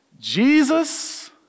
Jesus